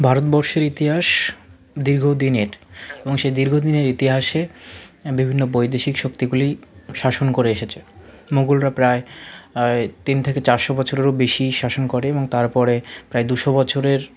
ভারতবর্ষের ইতিহাস দীর্ঘ দিনের এবং সেই দীর্ঘ দিনের ইতিহাসে বিভিন্ন বৈদেশিক শক্তিগুলি শাসন করে এসেছে মুগলরা প্রায় আয় তিন থেকে চারশো বছরেরও বেশি শাসন করে এবং তারপরে প্রায় দুশো বছরের